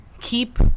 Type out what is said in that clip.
keep